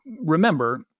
remember